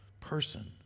person